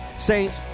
Saints